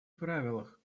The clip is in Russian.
правилах